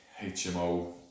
hmo